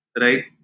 right